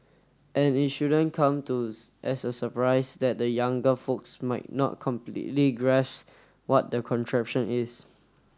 and it shouldn't come to as a surprise that the younger folks might not completely grasp what the contraption is